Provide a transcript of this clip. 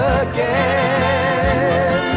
again